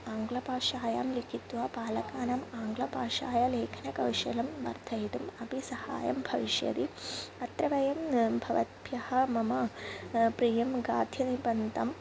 आङ्ग्लभाषायां लिखित्वा बालकाणाम् आङ्ग्लभाषा लेखनकौशलं वर्धयितुम् अपि सहायं भविष्यति अत्र वयं भवद्भ्याः मम प्रियं खाद्यनिबद्धं